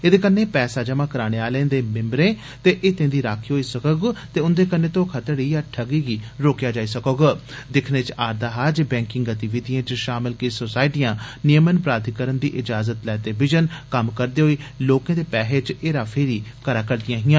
एदे कन्नै पैसा जमा कराने आले ते मिम्बरें दे हितें दी राखी होग ते उन्दे कन्नै धोखाधड़ी या ठगी गी रोकेया जाई सकोग कीजे दिक्खने च आरदा हा जे बैंकिंग गतिविधियें च शामल किश सोसाइटियां नियमन प्राधिकरण दी इजाजत लैते विजन कम्म करदे होई लोकें दे पैहे च हेरा फेरी करै करदियां हियां